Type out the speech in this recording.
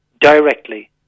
directly